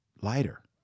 lighter